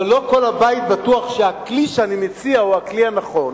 אבל לא כל הבית בטוח שהכלי שאני מציע הוא הכלי הנכון,